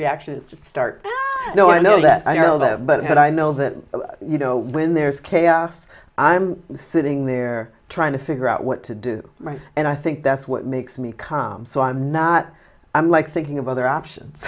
reaction is just start no i know that i know that but i know that you know when there's chaos i'm sitting there trying to figure out what to do right and i think that's what makes me calm so i'm not i'm like thinking of other options